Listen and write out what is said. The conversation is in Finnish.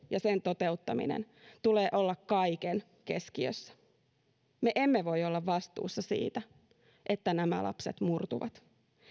ja sen toteuttamisen tulee olla kaiken keskiössä me emme voi olla vastuussa siitä että nämä lapset murtuvat